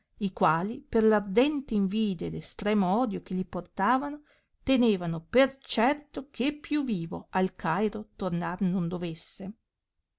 i quali per l'ardente invidia ed estremo odio che li portavano tenevano per certo che più vivo al cairo tornar non dovesse